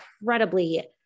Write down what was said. incredibly